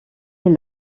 est